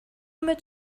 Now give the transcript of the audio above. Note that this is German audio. mit